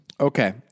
Okay